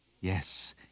Yes